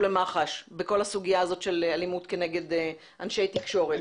למח"ש בכל הסוגיה הזאת של אלימות כנגד אנשי תקשורת.